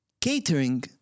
catering